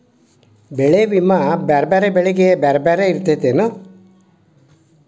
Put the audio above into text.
ಬೆಳೆ ವಿಮಾ ಬ್ಯಾರೆ ಬ್ಯಾರೆ ಬೆಳೆಗೆ ಬ್ಯಾರೆ ಬ್ಯಾರೆ ಇರ್ತೇತೆನು?